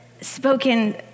spoken